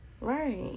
right